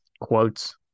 quotes